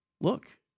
Look